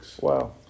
Wow